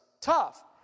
tough